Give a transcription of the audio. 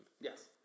Yes